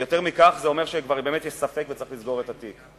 יותר מכך, זה אומר שיש ספק וצריך לסגור את התיק.